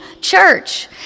church